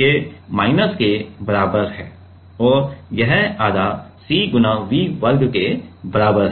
के माइनस के बराबर है और यह आधा C V वर्ग के बराबर है